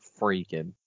freaking